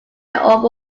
over